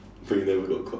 so you never got caught